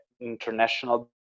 international